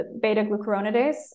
beta-glucuronidase